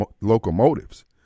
locomotives